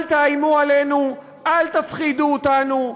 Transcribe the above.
אל תאיימו עלינו, אל תפחידו אותנו.